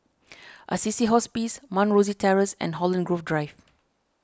Assisi Hospice Mount Rosie Terrace and Holland Grove Drive